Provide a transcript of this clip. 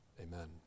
Amen